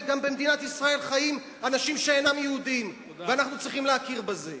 כי גם במדינת ישראל חיים אנשים שאינם יהודים ואנחנו צריכים להכיר בזה.